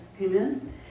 Amen